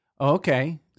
Okay